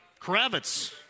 Kravitz